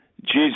Jesus